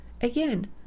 Again